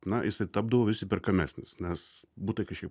na jisai tapdavo vis įperkamesnis nes butai kažkiek